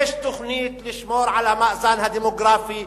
יש תוכנית לשמור על המאזן הדמוגרפי,